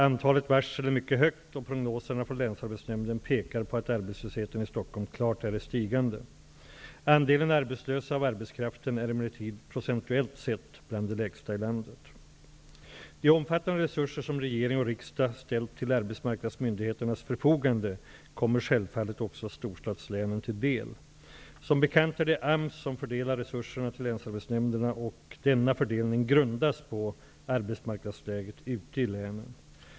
Antalet varsel är mycket högt och prognoserna från länsarbetsnämnden pekar på att arbetslösheten i Stockholm klart är i stigande. Andelen arbetslösa av arbetskraften är emellertid procentuellt sett bland de lägsta i landet. De omfattande resurser som regering och riksdag ställt till arbetsmarknadsmyndigheternas förfogande kommer självfallet också storstadslänen till del. Som bekant är det AMS som fördelar resurserna till länsarbetsnämnderna, och denna fördelning grundas på arbetsmarknadsläget ute i länen.